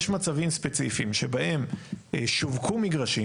יש מצבים ספציפיים שבהם שווקו מגרשים,